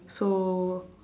so